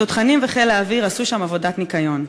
התותחנים וחיל האוויר עשו שם עבודות ניקיון.